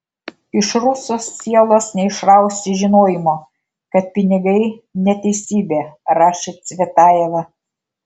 iš ruso sielos neišrausi žinojimo kad pinigai neteisybė rašė cvetajeva